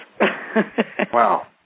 Wow